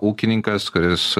ūkininkas kuris